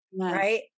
right